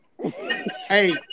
Hey